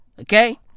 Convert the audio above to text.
Okay